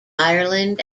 ireland